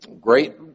Great